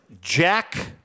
Jack